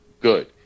good